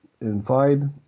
inside